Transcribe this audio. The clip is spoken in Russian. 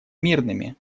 мирными